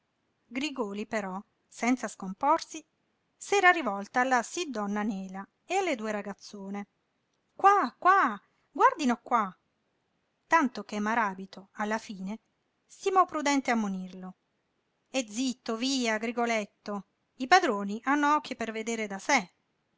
grigòli però senza scomporsi s'era rivolto alla si-donna nela e alle due ragazzone qua qua guardino qua tanto che maràbito alla fine stimò prudente ammonirlo e zitto via grigoletto i padroni hanno occhi per vedere da sé